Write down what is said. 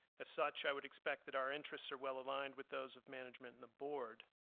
as such, i would expect that our interests are well aligned with those of management and the board.